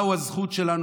מהי הזכות שלנו?